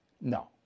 No